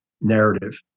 narrative